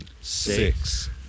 six